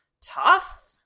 tough